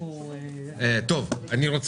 אבל למה